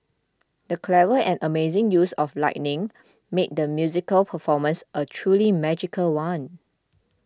the clever and amazing use of lighting made the musical performance a truly magical one